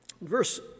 Verse